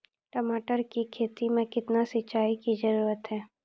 टमाटर की खेती मे कितने सिंचाई की जरूरत हैं?